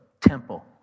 temple